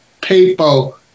people